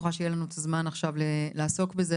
שיהיה לנו את הזמן עכשיו לעסוק בזה.